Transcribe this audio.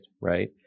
right